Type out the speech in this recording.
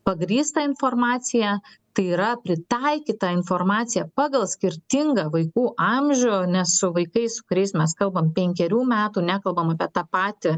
pagrįstą informaciją tai yra pritaikytą informaciją pagal skirtingą vaikų amžių nes su vaikais kuriais mes kalbam penkerių metų nekalbam apie tą patį